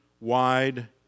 wide